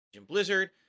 Blizzard